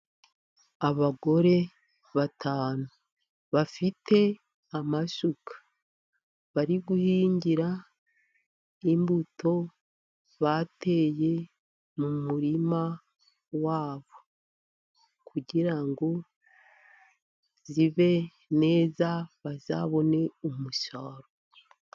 Abagore batanu bafite amasuka, bari guhingira imbuto bateye mu murima wabo, kugira ngo zibe neza bazabone umusaro.